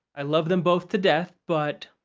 i love them both to death. but.